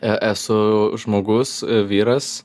e esu žmogus vyras